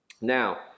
Now